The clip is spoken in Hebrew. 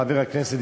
חבר הכנסת,